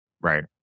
Right